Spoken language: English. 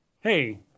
hey